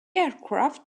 aircraft